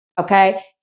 okay